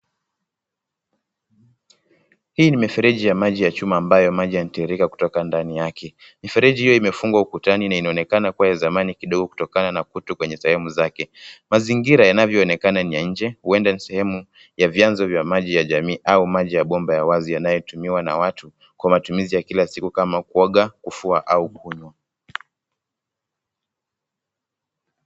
Hii ni mifereji ya maji ya chuma ambayo maji yanatiririka kutoka ndani yake . Mifereji hiyo imefungwa ukutani na inaonekana kuwa ya zamani kutokana na kutu kwenye sehemu zake. Mazingira yanavyoonekana ni ya nje, huenda ni sehemu ya vyanzo vya maji ya jamii au maji ya bomba ya wazi yanayotumiwa na watu kwa matumizi ya kila siku kama kuoga, kufua au kunywa.